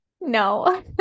No